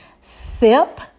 sip